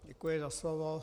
Děkuji za slovo.